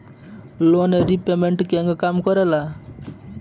Loan repayment केगा काम करेला?